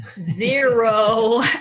Zero